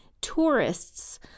tourists